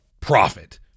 profit